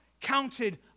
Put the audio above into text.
counted